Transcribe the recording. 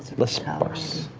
less sparse.